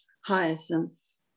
hyacinths